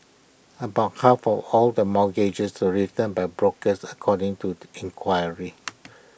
about half of all the mortgages are written by brokers according to the inquiry